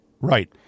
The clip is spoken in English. Right